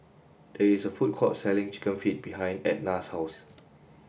there is a food court selling chicken feet behind Ednah's house